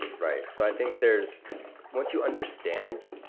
right. so i think there's once you understand,